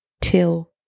till